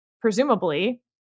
presumably